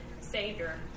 Savior